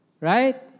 Right